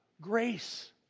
Grace